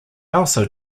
elsa